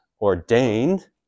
ordained